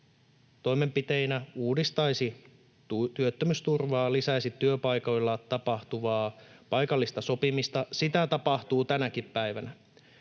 toimenpiteinä uudistaisi työttömyysturvaa, lisäisi työpaikoilla tapahtuvaa paikallista sopimista. Sitä tapahtuu tänäkin päivänä.